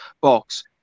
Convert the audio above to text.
box